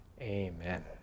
Amen